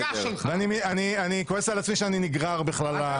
אני כועס על עצמי שאני נגרר בכלל לרמה הזאת.